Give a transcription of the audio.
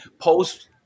post